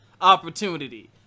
opportunity